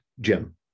Jim